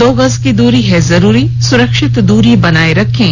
दो गज की दूरी है जरूरी सुरक्षित दूरी बनाए रखें